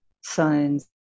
signs